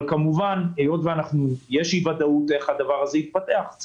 אבל היות ויש אי-ודאות איך הדבר הזה יתפתח אז